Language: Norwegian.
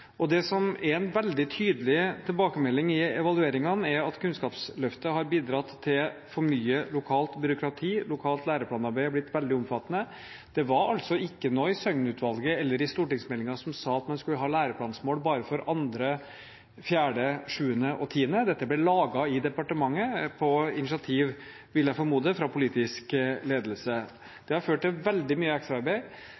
Det som er en veldig tydelig tilbakemelding i evalueringene, er at Kunnskapsløftet har bidratt til for mye lokalt byråkrati, lokalt læreplanarbeid har blitt veldig omfattende. Det var altså ikke noe i Søgnen-utvalget eller i stortingsmeldingen som tilsa at man skulle ha læreplanmål bare for 2., 4., 7. og 10. klasse; dette ble laget i departementet etter initiativ fra, vil jeg formode, politisk ledelse.